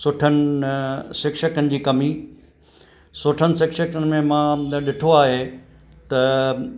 सुठनि शिक्षकनि जी कमी सुठनि शिक्षकनि में मां न ॾिठो आहे त